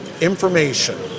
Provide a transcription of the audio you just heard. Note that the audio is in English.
information